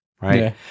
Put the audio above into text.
right